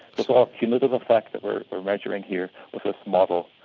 so ah cumulative effect that we are measuring here with this model.